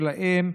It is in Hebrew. של האם,